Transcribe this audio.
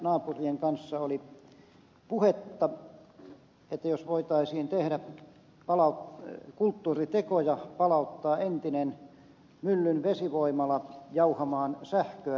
naapurien kanssa oli puhetta että jos voitaisiin tehdä kulttuuriteko ja palauttaa entinen myllyn vesivoimala jauhamaan sähköä entiseen tapaan